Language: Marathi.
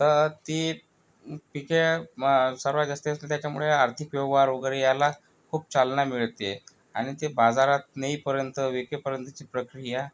तर ती पिके सर्वात जास्तीत जास्त त्याच्यामुळे आर्थिक व्यवहार वगैरे याला खूप चालना मिळते आणि ते बाजारात नेईपर्यंत विकेपर्यंतची प्रक्रिया